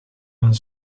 mijn